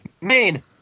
Main